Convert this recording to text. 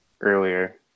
earlier